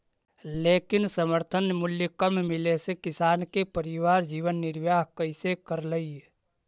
लेकिन समर्थन मूल्य कम मिले से किसान के परिवार जीवन निर्वाह कइसे करतइ?